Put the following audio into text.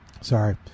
Sorry